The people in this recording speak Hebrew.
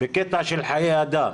בקטע של חיי אדם.